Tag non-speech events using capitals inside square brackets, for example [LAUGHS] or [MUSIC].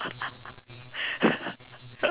[LAUGHS]